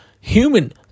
Human